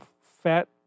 fat